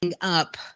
up